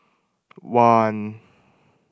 one